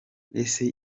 ese